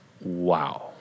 Wow